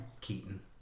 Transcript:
Keaton